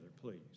please